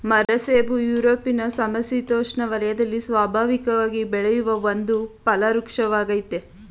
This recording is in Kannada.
ಮರಸೇಬು ಯುರೊಪಿನ ಸಮಶಿತೋಷ್ಣ ವಲಯದಲ್ಲಿ ಸ್ವಾಭಾವಿಕವಾಗಿ ಬೆಳೆಯುವ ಒಂದು ಫಲವೃಕ್ಷವಾಗಯ್ತೆ